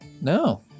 No